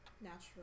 natural